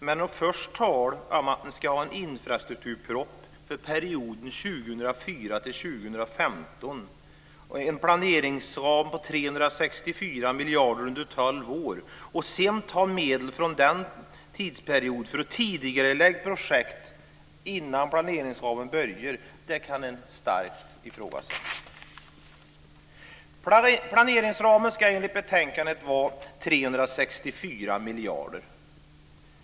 Men att först tala om att man ska ha en infrastrukturproposition för perioden 2004-2015 och en planeringsram på 364 miljarder under tolv år och sedan ta medel från den tidsperioden för att tidigarelägga projekt innan planeringsramen börjar gälla kan man starkt ifrågasätta. miljarder.